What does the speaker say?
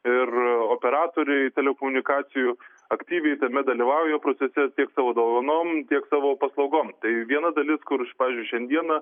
ir operatoriai telekomunikacijų aktyviai tame dalyvauja procese tiek savo dovanom tiek savo paslaugom tai viena dalis kur pavyzdžiui šiandieną